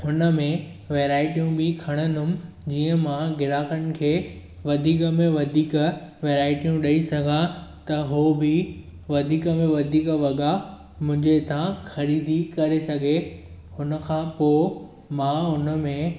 हुन में वैराइटीयूं बि खणंदुमि जीअं मां ग्राहकनि खे वधीक में वधीक वैराइटीयूं ॾई सघां त हू बि वधीक में वधीक वॻा मुंहिंजे हितां ख़रीदी करे सघे हुन खां पोइ मां उन में